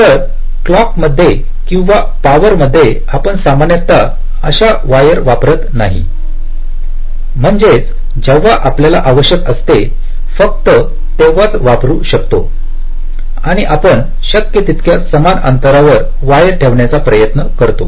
तर क्लॉक मध्ये किंवा पावर मध्ये आपण सामान्यत अशा वायर वापरत नाही म्हणजेच जेव्हा आपल्याला आवश्यक असते फक्त तेव्हाच वापरु शकतो आणि आपण शक्य तितक्या समान थरांवर वायर ठेवण्याचा प्रयत्न करतो